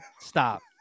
stop